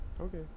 Okay